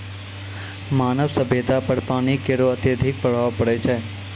मानव सभ्यता पर पानी केरो अत्यधिक प्रभाव पड़ै छै